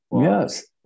Yes